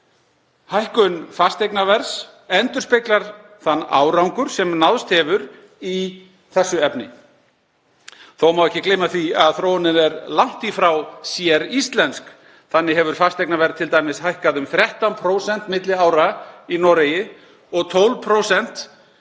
Hækkun fasteignaverðs endurspeglar þann árangur sem náðst hefur í þessu efni. Þó má ekki gleyma því að þróunin er langt í frá séríslensk. Þannig hefur fasteignaverð t.d. hækkað um 13% milli ára í Noregi og 12%